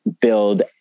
build